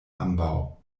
ambaŭ